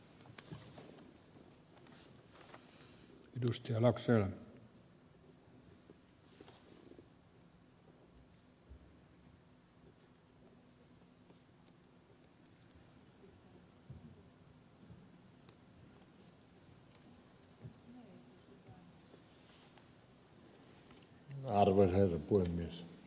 arvoisa herra puhemies